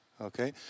okay